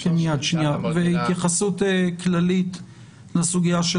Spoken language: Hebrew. והתייחסות כללית לסוגיה של